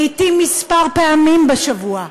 לעתים כמה פעמים בשבוע,